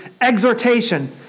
exhortation